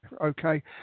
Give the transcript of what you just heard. Okay